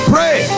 Pray